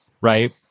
right